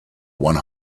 one